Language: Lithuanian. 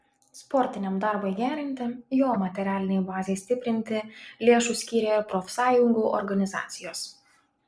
sportiniam darbui gerinti jo materialinei bazei stiprinti lėšų skyrė ir profsąjungų organizacijos